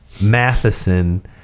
Matheson